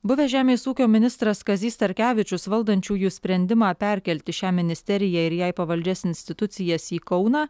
buvęs žemės ūkio ministras kazys starkevičius valdančiųjų sprendimą perkelti šią ministeriją ir jai pavaldžias institucijas į kauną